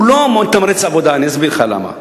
הוא לא אמור לתמרץ עבודה, ואני אסביר לך למה.